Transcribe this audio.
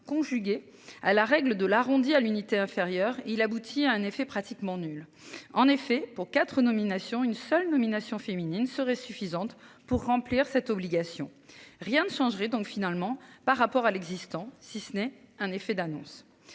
conjugué à la règle de l'arrondi à l'unité inférieure, il aboutit à un effet pratiquement nul en effet pour 4 nominations une seule nomination féminine serait suffisante pour remplir cette obligation. Rien ne changerait donc finalement par rapport à l'existant. Si ce n'est un effet d'annonce.